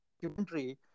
documentary